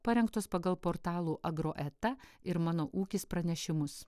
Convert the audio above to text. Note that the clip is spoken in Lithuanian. parengtos pagal portalų agroeta ir mano ūkis pranešimus